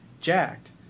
jacked